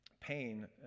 pain